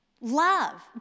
Love